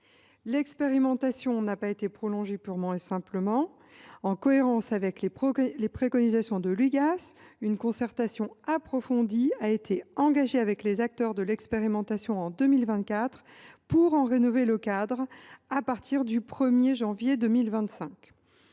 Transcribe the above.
L’expérimentation n’a pas été prolongée purement et simplement : en cohérence avec les préconisations de l’Igas, une concertation approfondie a été engagée avec les acteurs de l’expérimentation en 2024, afin d’en rénover le cadre à partir du 1 janvier 2025.